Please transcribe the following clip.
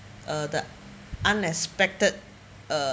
uh the unexpected uh